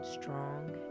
strong